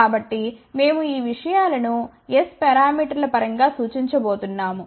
కాబట్టి మేము ఈ విషయాలను ఎస్ పారామీటర్ల పరంగా సూచించబోతున్నాము